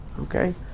Okay